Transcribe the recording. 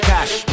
Cash